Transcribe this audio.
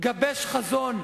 גבש חזון,